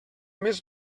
més